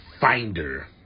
finder